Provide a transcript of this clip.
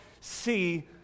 see